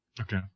Okay